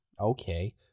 okay